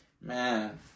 Man